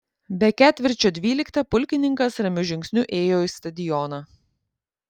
be ketvirčio dvyliktą pulkininkas ramiu žingsniu ėjo į stadioną